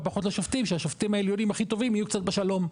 פחות לשופטים כדי שהשופטים העליונים הכי טובים יהיו קצת בשלום.